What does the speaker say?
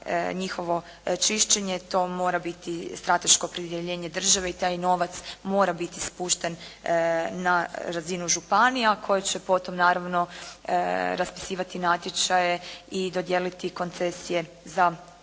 njihovo čišćenje, to mora biti strateško opredjeljenje države i taj novac mora biti spušten na razinu županija koje će potom, naravno raspisivati natječaje i dodijeliti koncesije za